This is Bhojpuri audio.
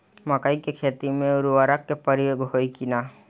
मकई के खेती में उर्वरक के प्रयोग होई की ना?